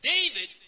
David